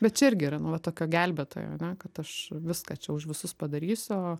bet čia irgi yra nu va tokio gelbėtojo ane kad aš viską čia už visus padarysiu